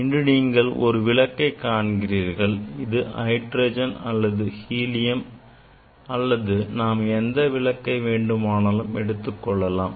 இங்கே நீங்கள் ஒரு விளக்கை காண்கிறீர்கள் இது ஹைட்ரஜன் அல்லது ஹீலியம் அல்லது நாம் எந்த விளக்கை வேண்டுமானாலும் எடுத்துக்கொள்ளலாம்